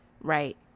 right